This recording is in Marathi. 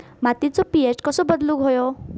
मातीचो पी.एच कसो बदलुक होयो?